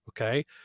Okay